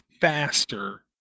faster